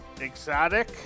Exotic